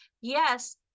yes